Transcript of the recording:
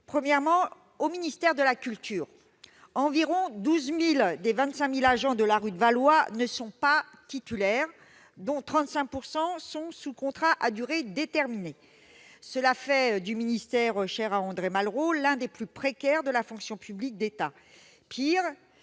l'exemple du ministère de la culture. Environ 12 000 des 25 000 agents de la rue de Valois ne sont pas titulaires ; 35 % sont sous contrat à durée déterminée. Cela fait du ministère cher à André Malraux l'un des plus précaires de la fonction publique d'État. Pire,